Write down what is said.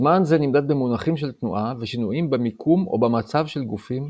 זמן זה נמדד במונחים של תנועה ושינויים במיקום או במצב של גופים,